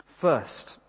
First